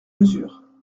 mesure